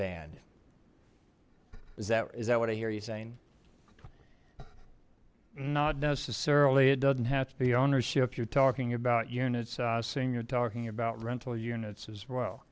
band is that is that what i hear you saying not necessarily it doesn't have to be ownership you're talking about units i seen you're talking about rental units as well